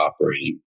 operating